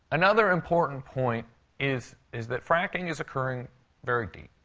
another important point is is that fracking is occurring very deep.